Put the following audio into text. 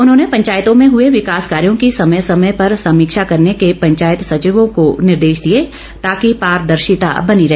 उन्होंने पंचायतों में हुए विकास कार्यो की समय समय पर समीक्षा करने के पंचायत सचिवों को निर्देश दिए ताकि पारदर्शिता बनी रहे